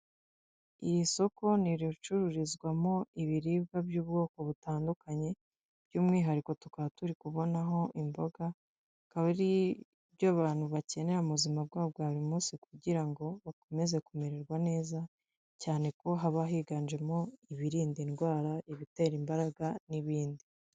Uri soko n’ iri cururizwamo ibiribwa by'ubwoko butandukanye by'umwihariko tukaba turi kubonaho imboga bikaba ari byo abantu bakeneyera mu buzima bwabo bwa buri munsi kugira ngo bakomeze kumererwa neza cyane ko haba higanjemo ibirinda indwara, ibitera imbaraga n'ibindi.